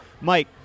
Mike